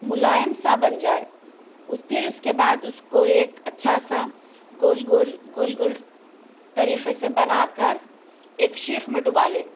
ملائم سا بن جائے اس پھر اس کے بعد اس کو ایک اچھا سا گول گول گول گول طریقے سے بنا کر ایک سیخ میں ڈبا لیں